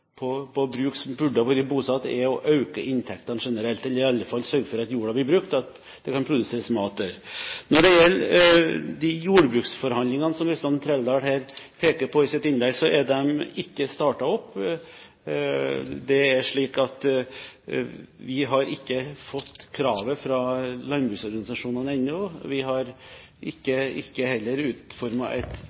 på bruk som burde ha vært bosatt, er å øke inntektene generelt, eller i alle fall sørge for at jorden blir brukt slik at det kan produseres mat der. Når det gjelder de jordbruksforhandlingene som representanten Trældal her peker på i sitt innlegg, er de ikke startet opp. Det er slik at vi har ikke fått kravet fra landbruksorganisasjonene ennå. Vi har heller ikke utformet et